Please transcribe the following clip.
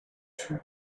two